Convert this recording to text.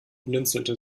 blinzelte